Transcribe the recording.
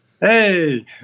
Hey